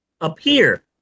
appear